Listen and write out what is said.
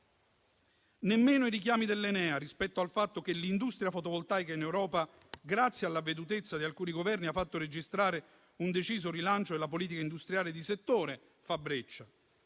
nemmeno i richiami dell'ENEA rispetto al fatto che l'industria fotovoltaica in Europa, grazie all'avvedutezza di alcuni Governi, ha fatto registrare un deciso rilancio della politica industriale di settore, spingendo